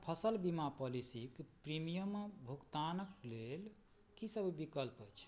फसिल बीमा पॉलिसीके प्रीमियमके भुगतानके लेल कि सब विकल्प अछि